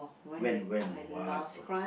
when when what wh~